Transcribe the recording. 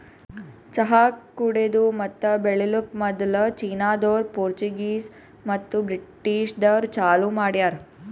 ಚಹಾ ಕುಡೆದು ಮತ್ತ ಬೆಳಿಲುಕ್ ಮದುಲ್ ಚೀನಾದೋರು, ಪೋರ್ಚುಗೀಸ್ ಮತ್ತ ಬ್ರಿಟಿಷದೂರು ಚಾಲೂ ಮಾಡ್ಯಾರ್